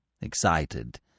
excited